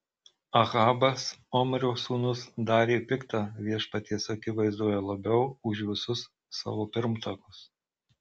ahabas omrio sūnus darė pikta viešpaties akivaizdoje labiau už visus savo pirmtakus